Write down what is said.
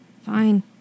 fine